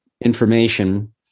information